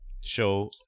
show